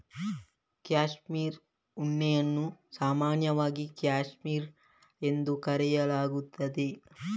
cashmere ಉಣ್ಣೆಯನ್ನು ಸಾಮಾನ್ಯವಾಗಿ cashmere ಎಂದು ಕರೆಯಲಾಗುತ್ತದೆ